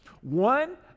One